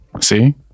see